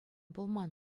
пулман